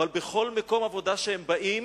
אבל בכל מקום עבודה שהם באים,